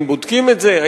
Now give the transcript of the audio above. האם בודקים את זה,